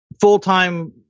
full-time